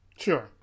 Sure